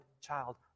child